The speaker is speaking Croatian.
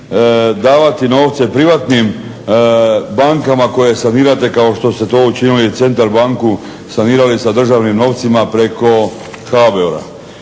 davati novce privatnim bankama koje sanirate kao što ste to učinili za Centar banku sanirali sa državnim novcima preko HBOR-a.